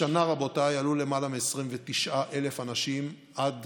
השנה, רבותיי, עלו למעלה מ-29,000 אנשים עד